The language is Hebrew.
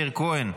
מאיר כהן,